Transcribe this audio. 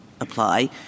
apply